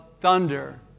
thunder